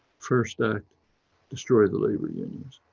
first act destroyed the labour unions,